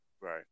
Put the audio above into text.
Right